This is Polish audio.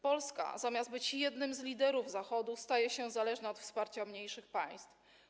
Polska zamiast być jednym z liderów Zachodu, staje się zależna od wsparcia mniejszych państw.